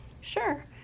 Sure